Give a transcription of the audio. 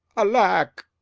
alack,